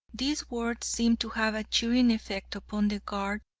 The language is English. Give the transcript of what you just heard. these words seemed to have a cheering effect upon the guard,